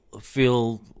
feel